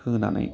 होनानै